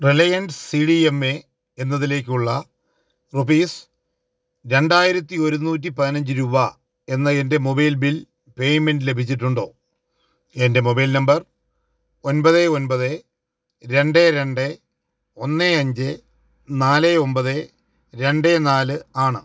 Reliance C D M A എന്നതിലേക്കുള്ള rupees രണ്ടായിരത്തി ഒരുന്നൂറ്റി പതിനഞ്ച് രൂപ എന്ന എൻ്റെ മൊബൈൽ ബിൽ പേയ്മെൻ്റ് ലഭിച്ചിട്ടുണ്ടോ എൻ്റെ മൊബൈൽ നമ്പർ ഒൻപത് ഒൻപത് രണ്ട് രണ്ട് ഒന്ന് അഞ്ച് നാല് ഒൻപത് രണ്ട് നാല് ആണ്